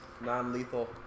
non-lethal